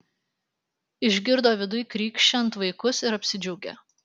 išgirdo viduj krykščiant vaikus ir apsidžiaugė